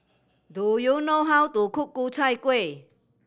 do you know how to cook Ku Chai Kueh